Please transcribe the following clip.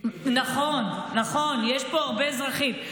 נכון, נכון, יש פה הרבה אזרחים.